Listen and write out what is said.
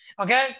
Okay